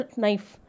knife